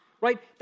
right